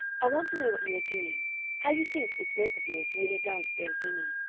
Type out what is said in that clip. i want to know what you are doing how you think this work of yours really does serve women.